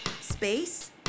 space